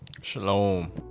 shalom